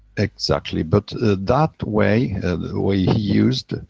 exactly. but that way, and the way he used,